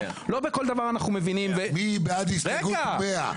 לא בכל דבר אנחנו מבינים --- מי בעד הסתייגות 100?